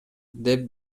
деп